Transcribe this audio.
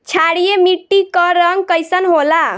क्षारीय मीट्टी क रंग कइसन होला?